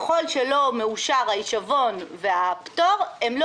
ככל שלא מאושר ההישבון והפטור הם לא